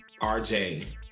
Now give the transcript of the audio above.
rj